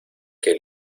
que